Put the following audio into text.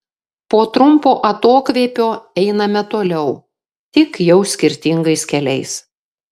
po trumpo atokvėpio einame toliau tik jau skirtingais keliais